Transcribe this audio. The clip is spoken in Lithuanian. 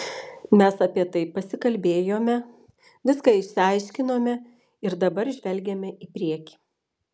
mes apie tai pasikalbėjome viską išsiaiškinome ir dabar žvelgiame į priekį